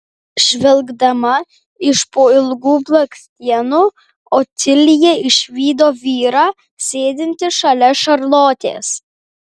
žvelgdama iš po ilgų blakstienų otilija išvydo vyrą sėdintį šalia šarlotės